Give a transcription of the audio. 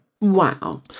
Wow